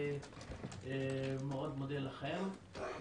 אני מודה לכם מאוד.